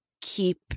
keep